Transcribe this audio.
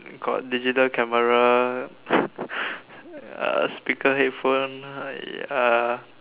got digital camera uh speaker headphone uh ya